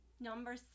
number